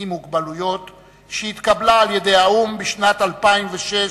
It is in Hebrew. עם מוגבלות, שהתקבלה באו"ם בשנת 2006,